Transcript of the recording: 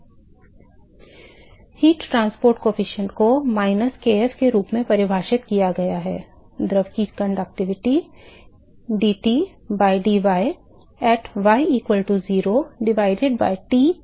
ऊष्मा परिवहन गुणांक को माइनस kf के रूप में परिभाषित किया गया है द्रव की चालकता d t by d y at y equal to 0 divided by t s minus t है